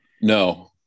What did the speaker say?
No